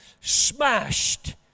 smashed